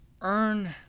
earn